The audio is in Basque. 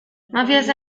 mafiaz